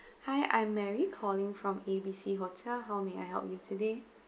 hi I'm mary calling from A B C hotel how may I help you today